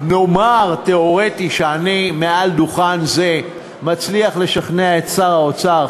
נאמר שתיאורטית אני מעל דוכן זה מצליח לשכנע את שר האוצר,